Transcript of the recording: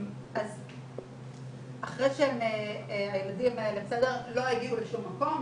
אז אחרי שהילדים האלה לא הגיעו לשום מקום,